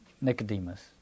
Nicodemus